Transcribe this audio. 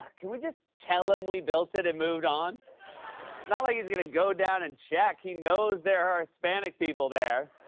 can we just tell him we built it and move on? it's not like he's gonna go down and check. he knows there are hispanic people there.